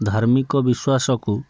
ଧାର୍ମିକ ବିଶ୍ୱାସକୁ